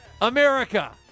America